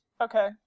Okay